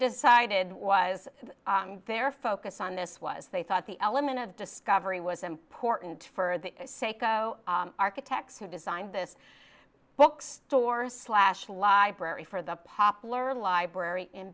decided was their focus on this was they thought the element of discovery was important for the sake of architects who designed this bookstore slash library for the popular library in